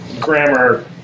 grammar